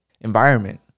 environment